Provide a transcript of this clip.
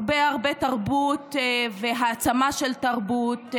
הרבה הרבה תרבות והעצמה של תרבות,